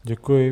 Děkuji.